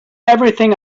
everything